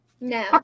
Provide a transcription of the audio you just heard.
No